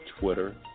Twitter